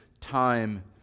time